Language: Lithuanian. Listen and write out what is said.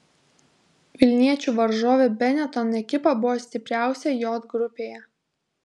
vilniečių varžovė benetton ekipa buvo stipriausia j grupėje